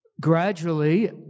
gradually